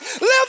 live